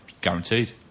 guaranteed